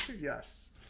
Yes